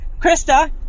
Krista